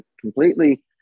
completely